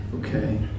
Okay